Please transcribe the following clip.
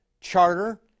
charter